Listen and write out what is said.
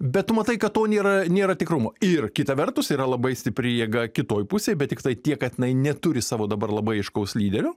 bet tu matai kad to nėra nėra tikrumo ir kita vertus yra labai stipri jėga kitoj pusėj bet tiktai tiek kad jinai neturi savo dabar labai aiškaus lyderio